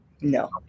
No